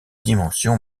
dimension